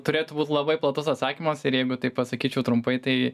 turėtų būti labai platus atsakymas ir jeigu taip pasakyčiau trumpai tai